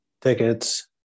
tickets